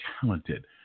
talented